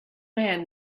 man